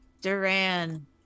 duran